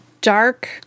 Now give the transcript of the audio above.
dark